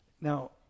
Now